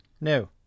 No